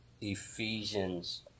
Ephesians